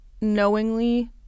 knowingly